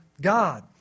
God